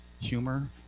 humor